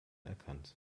erkannt